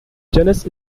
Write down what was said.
genus